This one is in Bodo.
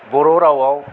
बर' रावआव